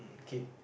kid